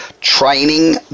Training